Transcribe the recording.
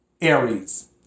Aries